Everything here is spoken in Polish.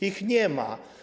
Ich nie ma.